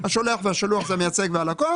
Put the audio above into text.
השולח והשלוח זה המייצג והלקוח.